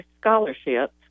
scholarships